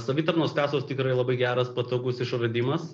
savitarnos kasos tikrai labai geras patogus išradimas